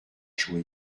jouer